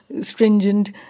stringent